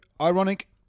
ironic